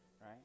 right